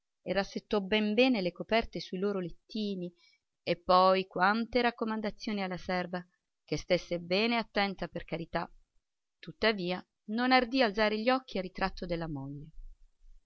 e rassettò ben bene le coperte sui loro lettini e poi quante raccomandazioni alla serva che stesse bene attenta per carità tuttavia non ardi alzare gli occhi al ritratto della moglie